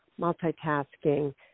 multitasking